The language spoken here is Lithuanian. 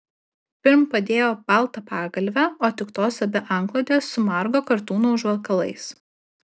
pirm padėjo baltą pagalvę o tik tos abi antklodes su margo kartūno užvalkalais